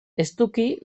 estuki